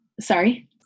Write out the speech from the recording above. sorry